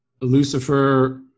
Lucifer